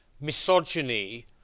misogyny